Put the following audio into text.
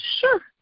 sure